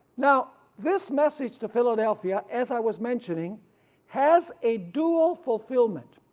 now this message to philadelphia as i was mentioning has a dual fulfillment.